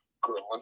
growing